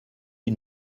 une